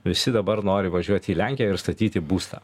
visi dabar nori važiuoti į lenkiją ir statyti būstą